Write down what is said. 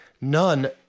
none